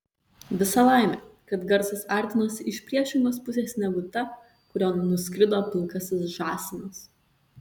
visa laimė kad garsas artinosi iš priešingos pusės negu ta kurion nuskrido pilkasis žąsinas